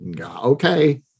Okay